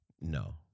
No